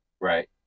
Right